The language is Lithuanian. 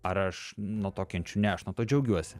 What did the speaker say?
ar aš nuo to kenčiu ne aš nuo to džiaugiuosi